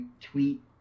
tweet